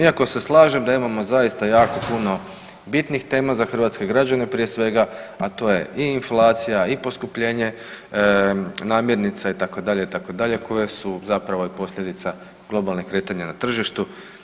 Iako se slažem da imamo zaista jako puno bitnih tema za hrvatske građane, prije svega a to je i inflacija, i poskupljenje namirnica itd., itd. koje su zapravo i posljedica globalnih kretanja na tržištu.